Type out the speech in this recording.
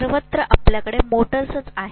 सर्वत्र आपल्याकडे मोटर्स आहेत